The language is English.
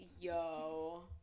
Yo